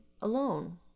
alone